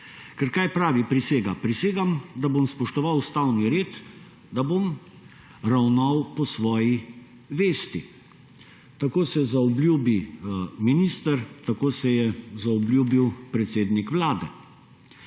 Ker kaj pravi prisega, prisegam, da bom spoštoval ustavni red, da bom ravnal po svoji vesti. Tako se zaobljubi minister, tako se je zaobljubil predsednik Vlade.